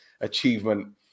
achievement